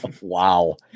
Wow